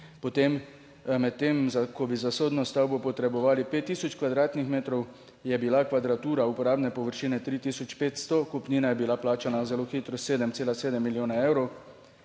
potem medtem ko bi za sodno stavbo potrebovali 5 tisoč m2, je bila kvadratura uporabne površine 3 tisoč 500, kupnina je bila plačana zelo hitro, 7,7 milijona evrov,